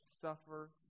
suffer